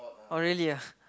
oh really ah